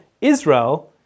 Israel